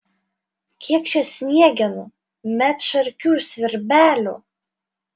kiek čia sniegenų medšarkių svirbelių